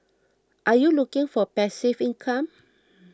are you looking for passive income